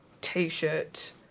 t-shirt